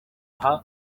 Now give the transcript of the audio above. aha